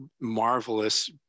marvelous